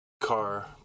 car